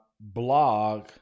blog